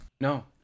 No